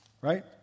right